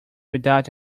without